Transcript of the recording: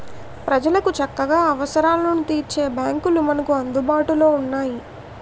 ప్రజలకు చక్కగా అవసరాలను తీర్చే బాంకులు మనకు అందుబాటులో ఉన్నాయి